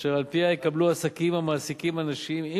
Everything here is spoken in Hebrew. אשר על-פיה יקבלו עסקים המעסיקים אנשים עם